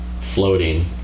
floating